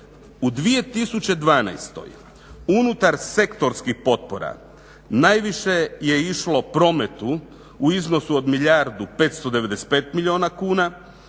U 2012. unutar sektorskih potpora najviše je išlo prometu u iznosu od milijardu 595 milijuna kuna,